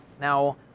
Now